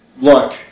Look